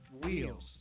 Wheels